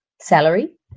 salary